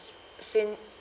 s~ seen